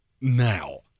Now –